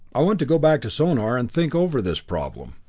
i want to go back to sonor and think over this problem.